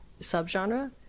subgenre